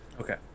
Okay